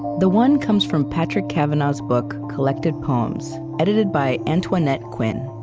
the one comes from patrick kavanagh's book collected poems, edited by antoinette quinn.